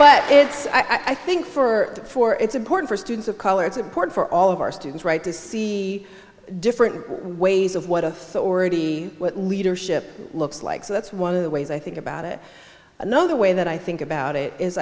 but it's i think for four it's important for students of color it's important for all of our students right to see different ways of what authority what leadership looks like so that's one of the ways i think about it another way that i think about it is